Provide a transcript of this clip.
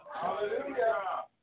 Hallelujah